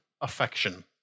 affection